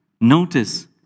Notice